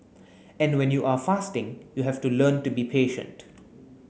and when you are fasting you have to learn to be patient